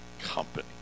company